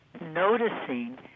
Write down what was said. noticing